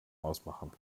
ausmachen